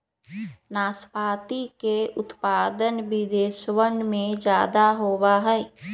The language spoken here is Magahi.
नाशपाती के उत्पादन विदेशवन में ज्यादा होवा हई